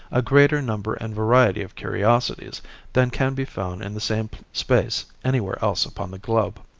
a greater number and variety of curiosities than can be found in the same space anywhere else upon the globe.